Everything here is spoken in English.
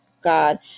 God